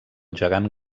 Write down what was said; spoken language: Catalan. gegant